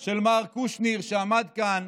של מר קושניר, שעמד כאן